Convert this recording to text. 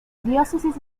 diócesis